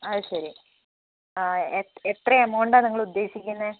അത് ശരി ആ എത്ര എമൗണ്ടാണ് നിങ്ങൽ ഉദ്ദേശിക്കുന്നത്